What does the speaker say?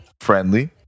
friendly